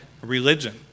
religion